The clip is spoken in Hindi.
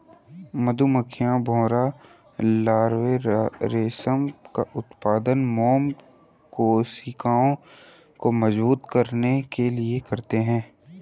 मधुमक्खियां, भौंरा लार्वा रेशम का उत्पादन मोम कोशिकाओं को मजबूत करने के लिए करते हैं